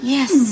Yes